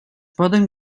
poden